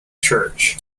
church